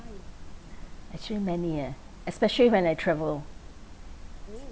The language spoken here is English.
actually many eh especially when I travel